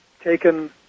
taken